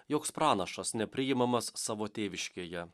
joks pranašas nepriimamas savo tėviškėje